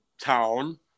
town